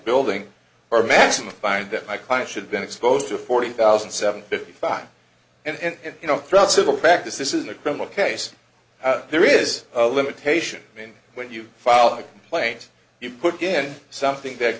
building or maximum find that my client should have been exposed to forty thousand seven fifty five and you know throughout civil practice this is a criminal case there is a limitation i mean when you file a complaint you put in something that